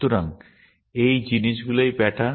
সুতরাং এই জিনিসগুলোই প্যাটার্ন